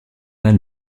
elle